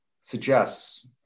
suggests